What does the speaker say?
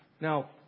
Now